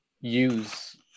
use